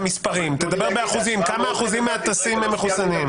תדבר באחוזים, כמה אחוזים מהטסים הם מחוסנים.